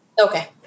Okay